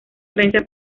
creencia